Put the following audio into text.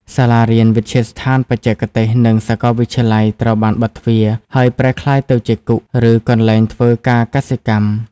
សាលារៀន វិទ្យាស្ថានបច្ចេកទេស និងសាកលវិទ្យាល័យត្រូវបានបិទទ្វារ ហើយប្រែក្លាយទៅជាគុក ឬកន្លែងធ្វើការកសិកម្ម។